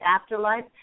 Afterlife